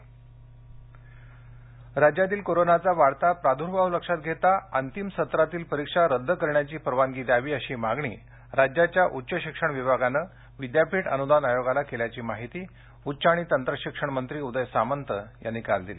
परिक्षा राज्यातील कोरोनाचा वाढता प्रार्दुर्भाव लक्षात घेता अंतिम सत्रातील परीक्षा रद्द करण्याची परवानगी द्यावी अशी मागणी राज्याच्या उच्चशिक्षण विभागानं विद्यापीठ अनुदान आयोगाला केल्याची माहिती उच्च आणि तंत्रशिक्षण मंत्री उदय सामंत यांनी काल दिली